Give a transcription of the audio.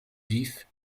vif